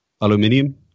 Aluminium